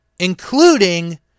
Including